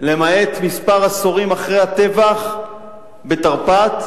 למעט כמה עשורים אחרי הטבח בתרפ"ט,